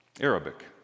Arabic